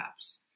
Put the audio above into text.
apps